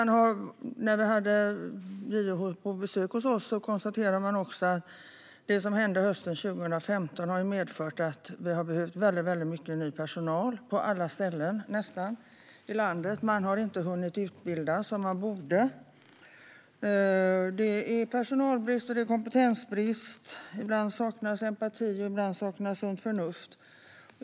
När JO var på besök hos oss konstaterades också att det som hände 2015 har medfört att vi har behövt väldigt mycket ny personal på nästan alla ställen i landet, och man har inte hunnit utbilda som man borde. Det handlar om både personalbrist och kompetensbrist. Ibland saknas empati, och ibland saknas sunt förnuft.